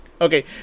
Okay